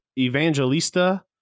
Evangelista